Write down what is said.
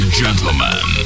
gentlemen